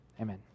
Amen